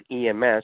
EMS